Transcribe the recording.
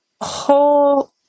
whole